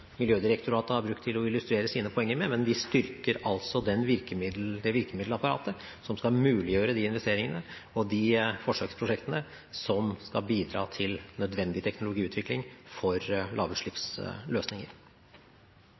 Miljødirektoratet har brukt for å illustrere sine poenger, men vi styrker altså det virkemiddelapparatet som skal muliggjøre de investeringene og forsøksprosjektene som skal bidra til nødvendig teknologiutvikling for lavutslippsløsninger.